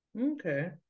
Okay